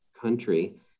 country